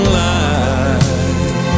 life